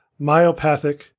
myopathic